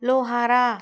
Lohara